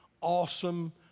awesome